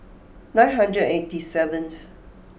nine hundred and eighty seventh